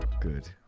Good